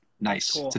nice